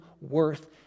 worth